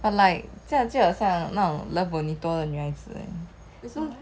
I like 这样就好像那种 love bonito 的女孩子 leh so